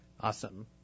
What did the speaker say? Awesome